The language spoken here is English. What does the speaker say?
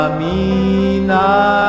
Amina